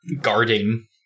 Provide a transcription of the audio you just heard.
guarding